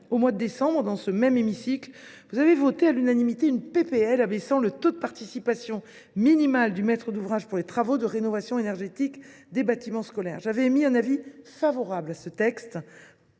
Au mois de décembre dernier, dans cet hémicycle, vous avez voté à l’unanimité une proposition de loi visant à abaisser le taux de participation minimale du maître d’ouvrage pour les travaux de rénovation énergétique des bâtiments scolaires. J’avais émis un avis favorable sur ce texte.